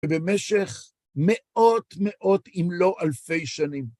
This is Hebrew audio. במשך מאות מאות, אם לא אלפי שנים.